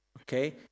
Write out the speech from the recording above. Okay